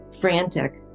frantic